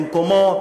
במקומו,